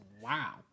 Wow